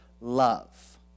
love